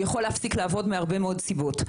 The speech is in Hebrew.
כשהוא יכול להפסיק לעבוד מהרבה מאוד סיבות.